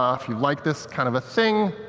um if you like this kind of thing,